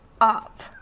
up